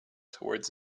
toward